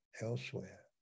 elsewhere